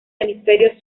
hemisferio